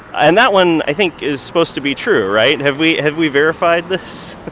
and that one i think is supposed to be true, right? have we have we verified this?